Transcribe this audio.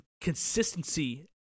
consistency